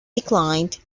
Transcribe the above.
declined